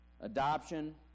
Adoption